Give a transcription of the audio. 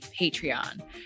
Patreon